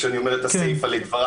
כשאני אומר את הסיפא לדבריי.